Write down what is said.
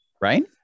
Right